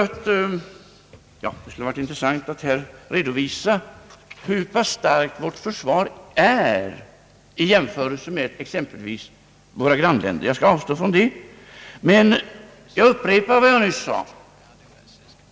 Det skulle ha varit intressant att redovisa här hur pass starkt vårt försvar är i jämförelse med exempelvis försvaret i våra grannländer. Jag avstår därifrån men upprepar vad jag nyss sade.